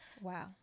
Wow